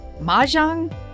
mahjong